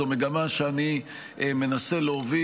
זו מגמה שאני מנסה להוביל,